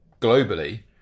globally